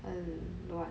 uh what